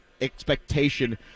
expectation